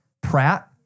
Pratt